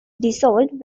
dissolved